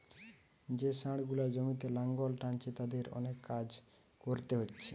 যে ষাঁড় গুলা জমিতে লাঙ্গল টানছে তাদের অনেক কাজ কোরতে হচ্ছে